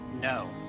No